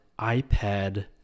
iPad